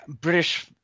British